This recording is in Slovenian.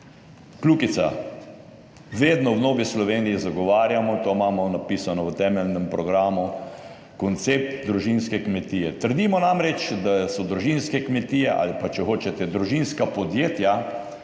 Kljukica. Vedno v Novi Sloveniji zagovarjamo, to imamo napisano v temeljnem programu, koncept družinske kmetije. Trdimo namreč, da so družinske kmetije ali pa, če hočete, družinska podjetja